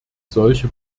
solche